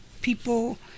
people